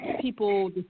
people